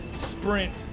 sprint